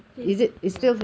Facebook ya